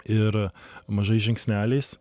ir mažais žingsneliais